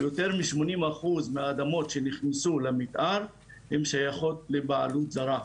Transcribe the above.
יותר משמונים אחוז מהאדמות שנכנסנו למתאר הן שייכות לבעלות זרה.